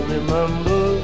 Remember